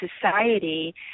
society